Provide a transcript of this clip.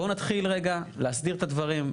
בואו נתחיל רגע להסדיר את הדברים.